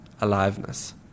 aliveness